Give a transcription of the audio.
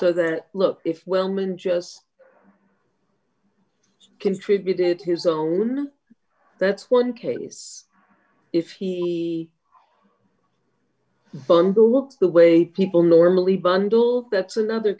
so that look if wellman just contributed his own that's one case if he looks the way people normally bundle that's another